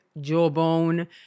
jawbone